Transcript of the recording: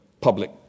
public